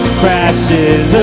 crashes